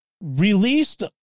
released